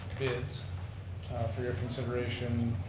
bids for your consideration,